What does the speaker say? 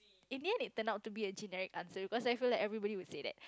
in the end it turned out to be a generic answer because I feel that everybody will say that